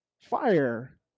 Fire